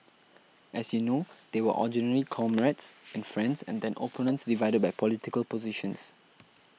as you know they were originally comrades and friends and then opponents divided by political positions